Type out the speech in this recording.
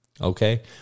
Okay